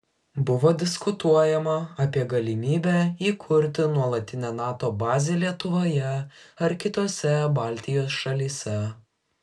buvo diskutuojama apie galimybę įkurti nuolatinę nato bazę lietuvoje ar kitose baltijos šalyse